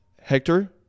Hector